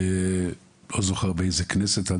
לא זוכר באיזו כנסת,